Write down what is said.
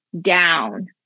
down